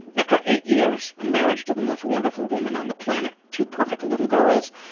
after eight years and marriage to the most wonderful woman on the planet, two perfect little girls,